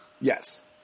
Yes